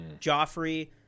Joffrey